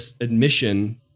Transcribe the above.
admission